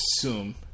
assume